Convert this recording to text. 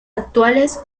actuales